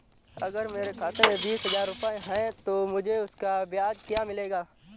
अगर मेरे खाते में बीस हज़ार रुपये हैं तो मुझे उसका ब्याज क्या मिलेगा?